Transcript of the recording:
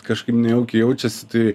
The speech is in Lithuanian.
kažkaip nejaukiai jaučiasi tai